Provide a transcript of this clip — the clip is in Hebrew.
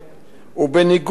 ובניגוד לחוק,